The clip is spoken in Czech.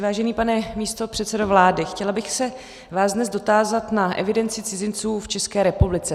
Vážený pane místopředsedo vlády, chtěla bych se vás dnes dotázat na evidenci cizinců v České republice.